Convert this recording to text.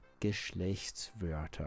Geschlechtswörter